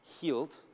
healed